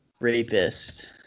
rapist